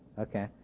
Okay